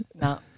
No